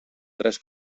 tres